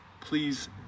Please